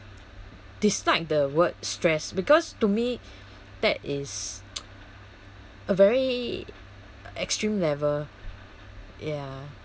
dislike the word stress because to me that is a very extreme level ya